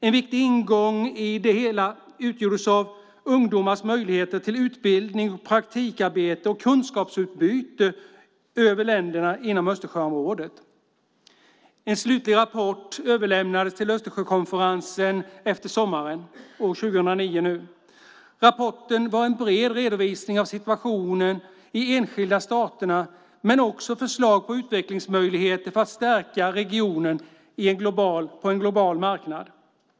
En viktig ingång i det hela utgjordes av ungdomars möjligheter till utbildning, praktikarbete och kunskapsutbyte över ländernas gränser inom Östersjöområdet. En slutlig rapport överlämnades till Östersjökonferensen nu efter sommaren 2009. Rapporten var en bred redovisning av situationen i de enskilda staterna men också förslag på utvecklingsmöjligheter för att stärka regionen på en global marknad.